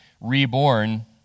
reborn